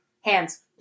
hands